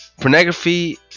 pornography